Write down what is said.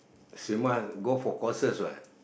so you must go for courses what